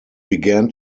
began